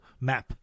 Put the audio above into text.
map